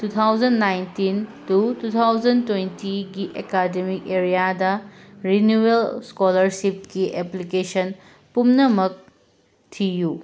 two thousand nineteen to two thousand ꯇ꯭ꯋꯦꯟꯇꯤꯒꯤ academic ꯑꯦꯔꯤꯌꯥꯗ renewal ꯁ꯭ꯀꯣꯂꯔꯁꯤꯞꯀꯤ ꯑꯦꯄ꯭ꯂꯤꯀꯦꯁꯟ ꯄꯨꯝꯅꯃꯛ ꯊꯤꯌꯨ